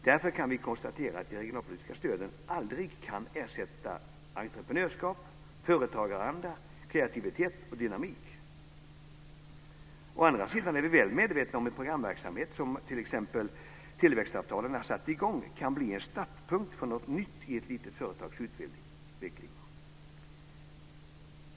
Därför kan vi konstatera att de regionalpolitiska stöden aldrig kan ersätta entreprenörskap, företagaranda, kreativitet och dynamik. Å andra sidan är vi väl medvetna om att en programverksamhet som t.ex. tillväxtavtalen har satt i gång kan bli en startpunkt för något nytt i ett litet företags utveckling.